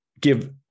give